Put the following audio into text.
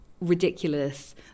ridiculous